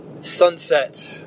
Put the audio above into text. sunset